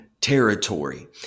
territory